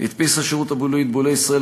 הדפיס השירות הבולאי את בולי ישראל,